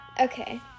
Okay